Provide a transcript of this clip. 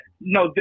No